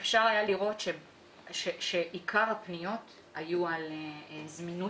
אפשר היה לראות שעיקר הפניות היו על זמינות